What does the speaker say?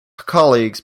colleagues